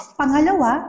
pangalawa